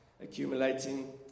accumulating